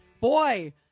Boy